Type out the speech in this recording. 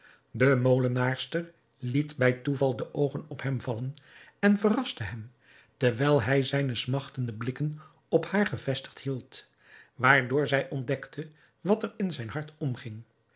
de molenaarster liet bij toeval de oogen op hem vallen en verraste hem terwijl hij zijne smachtende blikken op haar gevestigd hield waardoor zij ontdekte wat er in zijn hart omging